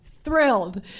thrilled